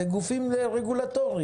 אלה גופים רגולטוריים.